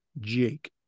Jake